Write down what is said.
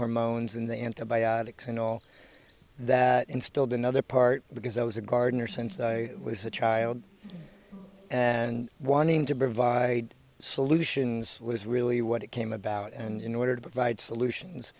hormones and antibiotics and all that instilled another part because i was a gardener since i was a child and wanting to provide solutions was really what it came about and in order to provide solutions